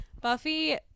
Buffy